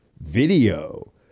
video